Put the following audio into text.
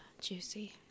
juicy